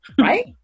right